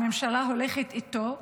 הממשלה הולכת איתו,